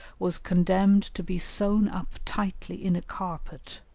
was condemned to be sewn up tightly in a carpet,